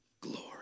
glory